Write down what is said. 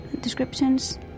descriptions